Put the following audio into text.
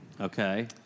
Okay